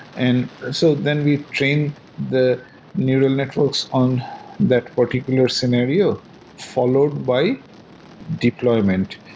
and so then we train the neural networks on that particular scenario followed by deployment.